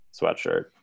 sweatshirt